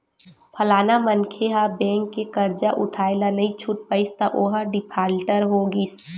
फलाना मनखे ह बेंक के करजा उठाय ल नइ छूट पाइस त ओहा डिफाल्टर हो गिस